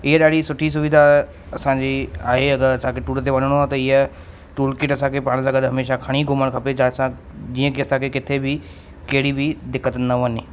इहा ॾाढी सुठी सुविधा असांजी आहे अगरि असांखे टूर ते वञिणो आहे त ईअं टूल किट असांखे पाण सां गॾु हमेशह खणी घुमणु खपे जंहिंसां जीअं की असांखे किथे बि कहिड़ी बि दिक़त न वञे